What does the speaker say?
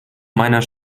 meiner